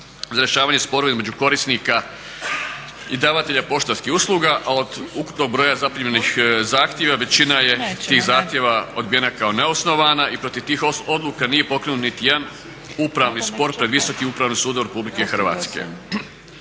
za rješavanje spora između korisnika i davatelja poštanskih usluga, a od ukupnog broja zaprimljenih zahtjeva većina je tih zahtjeva odbijena kao neosnovana i protiv tih odluka nije pokrenut niti jedan upravni spor pred Visokim upravnim sudom RH. HAKOM i dalje